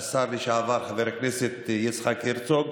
השר לשעבר חבר הכנסת יצחק הרצוג.